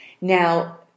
Now